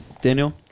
Daniel